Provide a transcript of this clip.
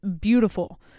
beautiful